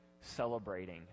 celebrating